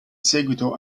seguito